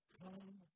come